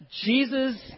Jesus